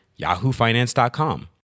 yahoofinance.com